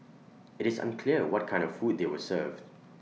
IT is unclear what kind of food they were served